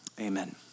Amen